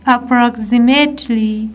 Approximately